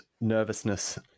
nervousness